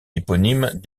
éponyme